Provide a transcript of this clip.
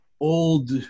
old